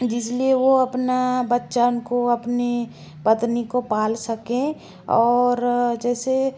जिस लिए वह अपना बच्चों को अपनी पत्नी को पाल सके और जैसे